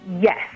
Yes